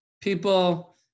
People